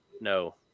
No